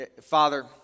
Father